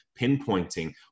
pinpointing